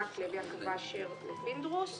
מקלב, יעקב אשר ופינדרוס.